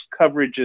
coverages